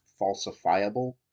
falsifiable